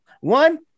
one